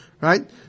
Right